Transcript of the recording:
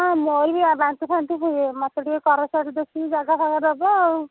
ହଁ ମୋର ବି ବାନ୍ତିଫାନ୍ତି ହୁଏ ମୋତେ ଟିକିଏ କଡ଼ ସାଇଡ଼୍ ଦେଖିକି ଜାଗାଫାଗା ଦେବ ଆଉ